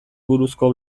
buruzko